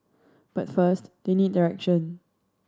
but first they need direction